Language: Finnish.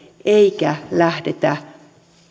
eikä lähdetä